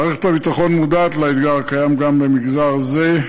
מערכת הביטחון מודעת לאתגר הקיים גם במגזר זה,